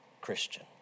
Christian